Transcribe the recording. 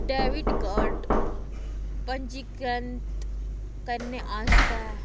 debit card पंजीकरण करने आस्तै